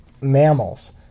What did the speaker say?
Mammals